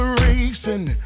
racing